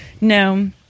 no